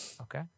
Okay